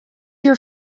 your